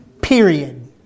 Period